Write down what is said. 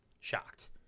shocked